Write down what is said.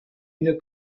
une